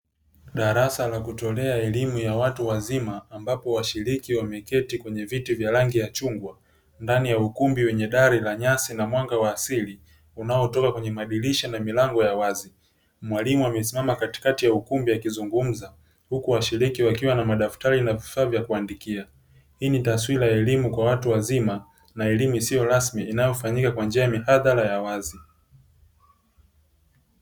Darasa la kutolea elimu ya watu wazima ambapo washiriki wameketi kwenye viti vya rangi ya chungwa ndani ya ukumbi wenye dari la nyasi na mwanga wa asili unaotoka kwenye madirisha na milango ya wazi. Mwalimu amesimama katikati ya ukumbi akizungumza huku washiriki wakiwa na madaftari na vifaa vya kuandikia. Hii ni taswira ya elimu kwa watu wazima na elimu isiyo rasmi inayofanyika kwa njia ya mihadhara ya wazi.